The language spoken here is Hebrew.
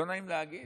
לא נעים להגיד,